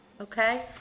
Okay